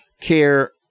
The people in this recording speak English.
care